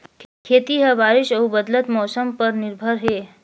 खेती ह बारिश अऊ बदलत मौसम पर निर्भर हे